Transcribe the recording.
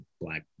black